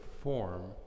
form